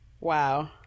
wow